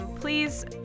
please